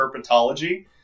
herpetology